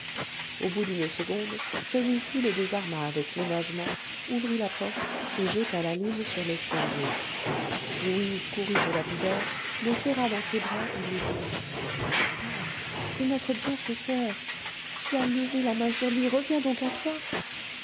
au bout d'une seconde celui-ci le désarma avec ménagement ouvrit la porte et jeta la lime sur l'escalier louise courut au lapidaire le serra dans ses bras et lui dit mon père c'est notre bienfaiteur tu as levé la main sur lui reviens donc à toi